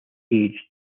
aged